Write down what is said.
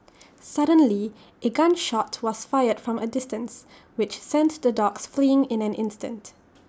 suddenly A gun shot was fired from A distance which sent the dogs fleeing in an instant